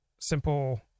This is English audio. simple